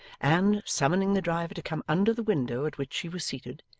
and, summoning the driver to come under the window at which she was seated,